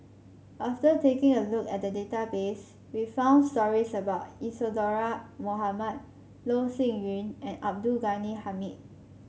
after taking a look at the database we found stories about Isadhora Mohamed Loh Sin Yun and Abdul Ghani Hamid